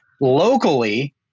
Locally